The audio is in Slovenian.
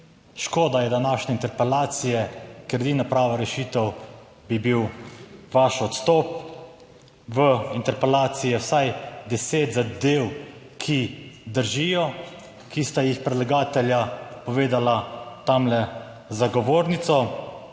Škoda je današnje interpelacije, ker edina prava rešitev bi bil vaš odstop. V interpelaciji je vsaj deset zadev, ki držijo, ki sta jih predlagatelja povedala tamle za govornico.